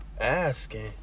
asking